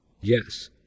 Yes